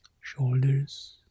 shoulders